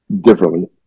differently